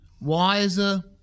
wiser